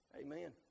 Amen